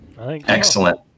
Excellent